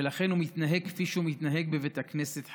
ולכן הם מתנהגים כפי שהם מתנהגים בבית כנסת חרדי: